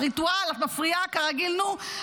הריטואל: את מפריעה, כרגיל, נו.